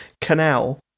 canal